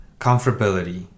comfortability